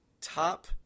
top